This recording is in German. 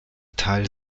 teil